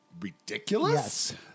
ridiculous